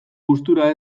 gustura